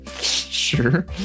Sure